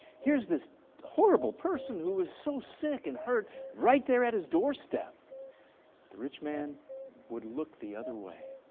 here's this horrible person who was so sick and hurt right there at his doorstep but the rich man would look the other way.